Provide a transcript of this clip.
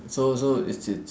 so so it's it's